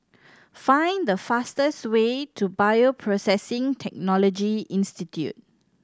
find the fastest way to Bioprocessing Technology Institute